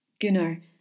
Gunnar